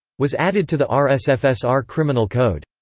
was added to the rsfsr criminal code.